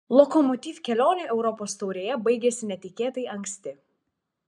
lokomotiv kelionė europos taurėje baigėsi netikėtai anksti